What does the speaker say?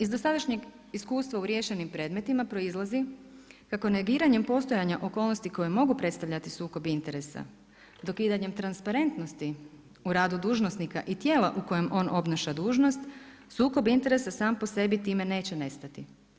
Iz dosadašnjeg iskustva u riješenim predmeta proizlazi kako negiranjem postojanja okolnosti koji mogu predstavljati sukob interesa, dokidanjem transparentnosti u radu dužnosnika i tijela u kojem on obnaša dužnost, sukob interesa sam po sebi time neće nestati.